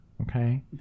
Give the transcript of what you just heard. okay